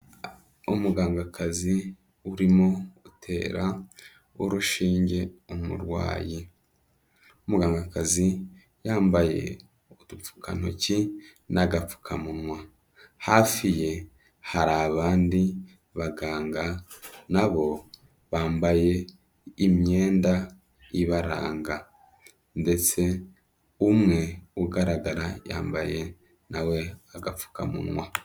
Umugangakazi urimo gutera urushinge umurwayi. Umugangakazi yambaye utufpukantoki n'agapfukamunwa, hafi ye hari abandi baganga na bo bambaye imyenda ibaranga, ndetse umwe ugaragara yambaye na we agapfukamunwa.